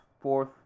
fourth